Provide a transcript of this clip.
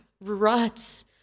ruts